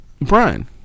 Brian